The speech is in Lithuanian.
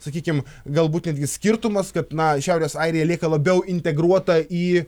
sakykim galbūt netgi skirtumas kad na šiaurės airija lieka labiau integruota į